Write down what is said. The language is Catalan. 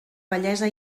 bellesa